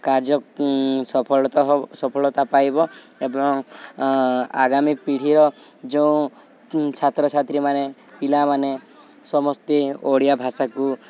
କାର୍ଯ୍ୟ ସଫଳତା ସଫଳତା ପାଇବ ଏବଂ ଆଗାମୀ ପିଢ଼ିର ଯେଉଁ ଛାତ୍ରଛାତ୍ରୀମାନେ ପିଲାମାନେ ସମସ୍ତେ ଓଡ଼ିଆ ଭାଷାକୁ